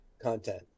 content